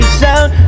sound